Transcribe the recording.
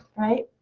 right?